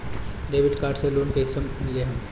Debit card से loan कईसे लेहम?